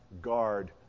guard